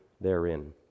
therein